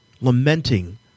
lamenting